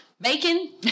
Bacon